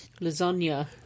Lasagna